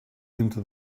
into